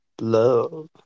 Love